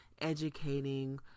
educating